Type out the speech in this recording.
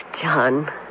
John